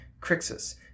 Crixus